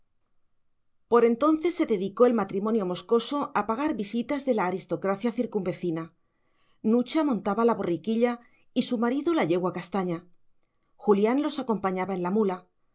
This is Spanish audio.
por entonces se dedicó el matrimonio moscoso a pagar visitas de la aristocracia circunvecina nucha montaba la borriquilla y su marido la yegua castaña julián los acompañaba en mula